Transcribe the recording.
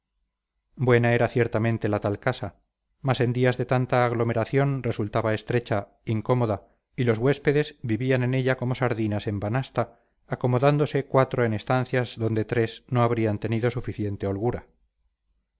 buena era ciertamente la tal casa mas en días de tanta aglomeración resultaba estrecha incómoda y los huéspedes vivían en ella como sardinas en banasta acomodándose cuatro en estancias donde tres no habrían tenido suficiente holgura